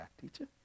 teacher